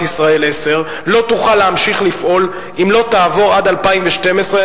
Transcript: "ישראל 10". היא לא תוכל להמשיך לפעול אם היא לא תעבור עד 2012,